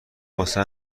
واسه